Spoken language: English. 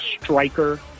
striker